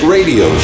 Radio